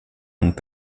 und